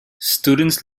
students